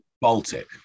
Baltic